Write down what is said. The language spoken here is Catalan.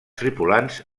tripulants